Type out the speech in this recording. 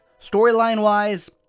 Storyline-wise